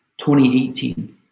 2018